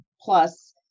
plus